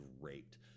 great